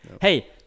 Hey